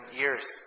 years